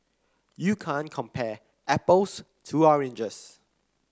you can't compare apples to oranges